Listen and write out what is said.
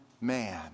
man